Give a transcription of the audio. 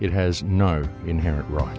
it has no inherent right